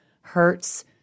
hurts